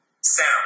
sound